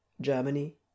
Germany